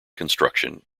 construction